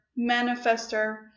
manifester